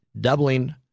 doubling